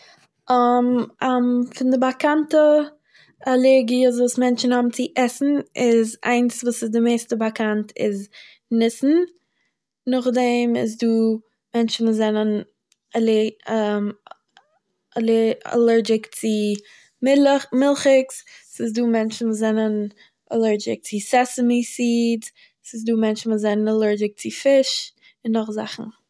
פון די באקאנטע אלערגיע'ס וואס מענטשען האבן צו עסן איז איינס וואס איז די מערסטע באקאנט איז ניס'ן נאכדעם איז דא מענטשען וואס זענען אלערג אלער- אלערגיק צו מילך מילכיגס, ס'איז דא מענטשען וואס אלערגיק צו סעסעימי סיד'ס, ס'איז דא מענטשען וואס זענען אלערגיק צו פיש און נאך זאכן.